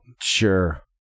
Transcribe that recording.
Sure